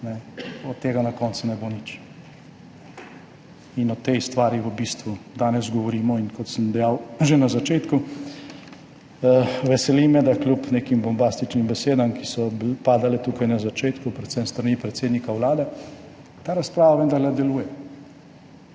od tega na koncu ne bo nič. In o tej stvari v bistvu danes govorimo in kot sem dejal že na začetku, veseli me, da kljub nekim bombastičnim besedam, ki so padale tukaj na začetku, predvsem s strani predsednika Vlade, ta razprava vendarle deluje.